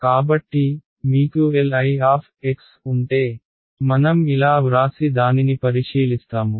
కాబట్టి మీకు Li ఉంటే మనం ఇలా వ్రాసి దానిని పరిశీలిస్తాము